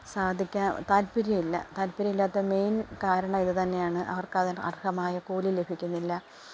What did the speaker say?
സാധിക്കാ താല്പ്പര്യം ഇല്ല താല്പ്പര്യം ഇല്ലാത്ത മെയിന് കാരണം ഇത് തന്നെയാണ് അവര്ക്ക് അതിന് അര്ഹമായ കൂലി ലഭിക്കുന്നില്ല